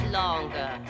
longer